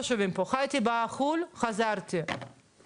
חוץ מהמדינות שגובלות.